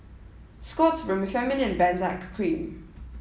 Scott's Remifemin and Benzac cream